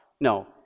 No